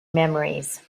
memories